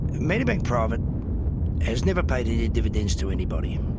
medibank private has never paid any dividends to anybody.